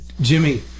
jimmy